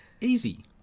easy